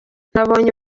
nabonye